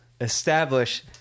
establish